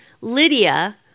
Lydia